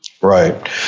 Right